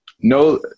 No